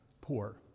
poor